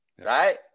Right